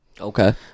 Okay